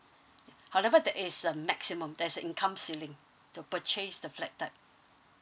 however there is a maximum there's a income ceiling to purchase the flat type